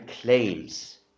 claims